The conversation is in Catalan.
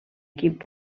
equip